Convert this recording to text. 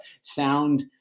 sound